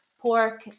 pork